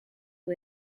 who